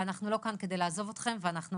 ואנחנו לא כאן כדי לעזוב אתכם ואנחנו